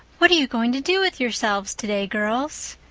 what are you going to do with yourselves today, girls?